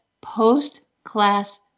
post-class